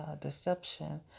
deception